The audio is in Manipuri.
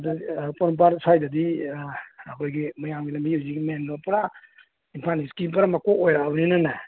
ꯑꯗꯨ ꯄꯣꯔꯣꯝꯄꯥꯠ ꯁꯥꯏꯗꯗꯤ ꯑꯩꯈꯣꯏꯒꯤ ꯃꯌꯥꯝꯒꯤ ꯂꯝꯕꯤ ꯍꯧꯖꯤꯛꯀꯤ ꯃꯦꯟ ꯔꯣꯗ ꯄꯨꯔꯥ ꯏꯝꯐꯥꯜ ꯏꯁꯀꯤ ꯄꯨꯔꯥ ꯃꯀꯣꯛ ꯑꯣꯏꯔꯛꯑꯕꯅꯤꯅꯅꯦ